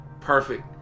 Perfect